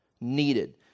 needed